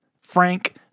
Frank